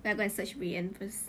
wait I go and search rui ann first